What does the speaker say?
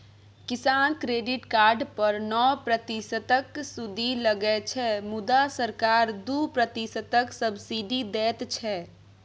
किसान credit card पर नौ प्रतिशतक सुदि लगै छै मुदा सरकार दु प्रतिशतक सब्सिडी दैत छै